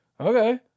okay